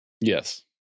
Yes